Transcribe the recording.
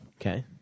Okay